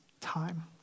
time